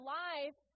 life